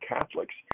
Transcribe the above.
Catholics